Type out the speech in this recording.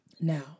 Now